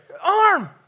Arm